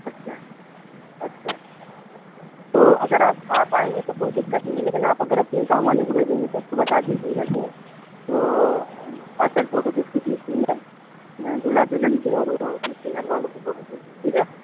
اچھا اچھا تو اگر آپ آپ آئیں گے تو کوئی دقت نہیں ہے لیکن آپ اگر اپنے کام والے کو بھیجیں گے تو اس کو بتا دیجیے گا کہ اصل فوٹو کس کی کھینچنی ہے دولہا دلہن کی اور وہ اس کے گھر والوں کی فوٹو کھینچنی ہے ٹھیک ہے